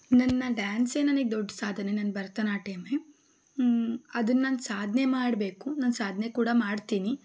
ನನ್ನ ಡ್ಯಾನ್ಸೇ ನನಗೆ ದೊಡ್ಡ ಸಾಧನೆ ನನ್ನ ಭರತನಾಟ್ಯಮ್ಮೇ ಅದನ್ನು ನಾನು ಸಾಧನೆ ಮಾಡಬೇಕು ನಾನು ಸಾಧನೆ ಕೂಡ ಮಾಡ್ತೀನಿ